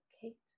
Kate